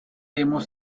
hemos